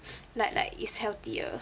like like it's healthier